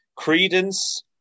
Credence